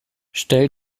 stell